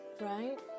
Right